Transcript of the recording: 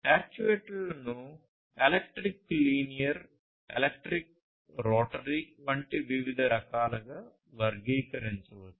యాక్యుయేటర్లను electric linear electric rotary వంటి వివిధ రకాలుగా వర్గీకరించవచ్చు